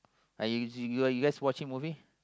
I you you guys watching movie